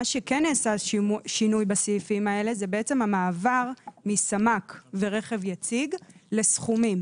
השינוי שכן נעשה בסעיפים האלה זה בעצם המעבר מסמ"ק ורכב יציב לסכומים.